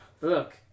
Look